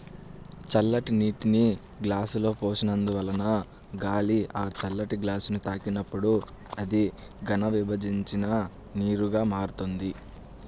చల్లటి నీటిని గ్లాసులో పోసినందువలన గాలి ఆ చల్లని గ్లాసుని తాకినప్పుడు అది ఘనీభవించిన నీరుగా మారుతుంది